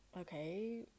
okay